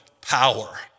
power